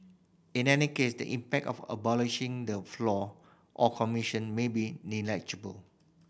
in any case the impact of abolishing the floor on commission may be negligible